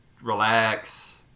relax